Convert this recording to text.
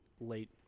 late